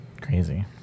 Crazy